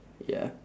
ya